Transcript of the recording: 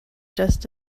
just